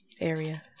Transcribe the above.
area